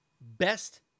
best